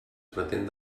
pretén